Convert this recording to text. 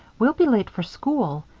we'll be late for school.